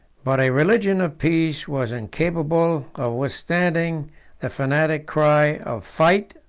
but a religion of peace was incapable of withstanding the fanatic cry of fight,